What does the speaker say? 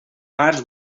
març